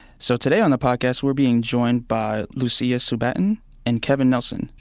so today on the podcast, we're being joined by lucia subatin and kevin nelson.